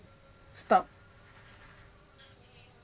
stop